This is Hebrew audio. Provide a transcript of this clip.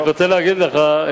אני רק רוצה להגיד לך,